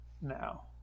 now